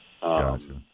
Gotcha